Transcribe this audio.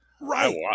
Right